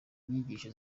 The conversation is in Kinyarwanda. inyigisho